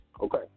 Okay